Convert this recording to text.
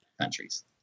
countries